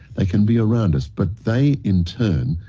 they can be around us, but they in turn,